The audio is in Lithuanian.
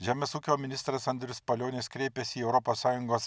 žemės ūkio ministras andrius palionis kreipėsi į europos sąjungos